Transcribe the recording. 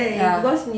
ya